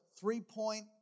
three-point